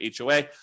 HOA